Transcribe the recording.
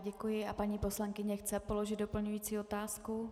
Děkuji a paní poslankyně chce položit doplňující otázku.